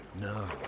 No